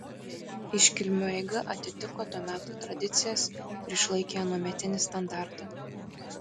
iškilmių eiga atitiko to meto tradicijas ir išlaikė anuometinį standartą